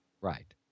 Right